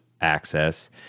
access